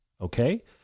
Okay